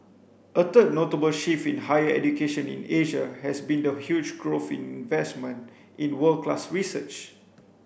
a third notable shift in higher education in Asia has been the huge growth in investment in world class research